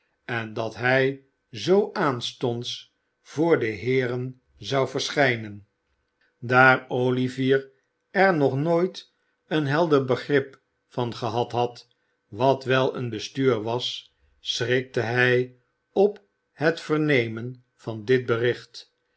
en dat hij zoo aanstonds voor de heeren zou verschijnen daar olivier er nog nooit een helder begrip van gehad had wat wel een bestuur was schrikte hij op het vernemen van dit bericht